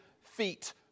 feet